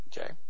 Okay